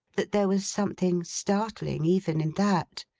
that there was something startling, even in that.